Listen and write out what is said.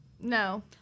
No